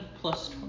plus